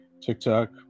TikTok